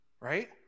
right